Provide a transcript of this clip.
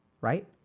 Right